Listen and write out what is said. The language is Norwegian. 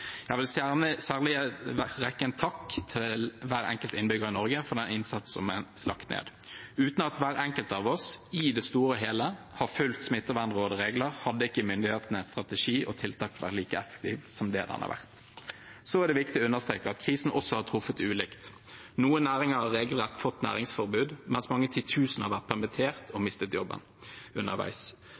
Jeg vil særlig rette en takk til hver enkelt innbygger i Norge for den innsatsen som er lagt ned. Uten at hver enkelt av oss i det store og hele hadde fulgt smittevernråd og -regler, hadde ikke myndighetenes strategi og tiltak vært like effektive som det de har vært. Så er det viktig å understreke at krisen også har truffet ulikt. Noen næringer har regelrett fått næringsforbud, mens mange titusen har vært permittert og mistet jobben underveis.